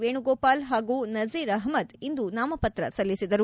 ವೇಣುಗೋಪಾಲ್ ಹಾಗೂ ನಜೀರ್ ಅಹಮದ್ ಇಂದು ನಾಮಪತ್ರ ಸಲ್ಲಿಸಿದರು